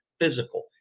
physical